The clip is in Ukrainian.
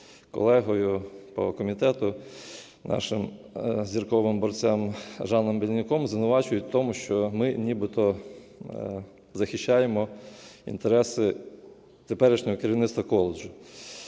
колегою по комітету, нашим зірковим борцем Жаном Беленюком, звинувачують у тому, що ми нібито захищаємо інтереси теперішнього керівництва коледжу.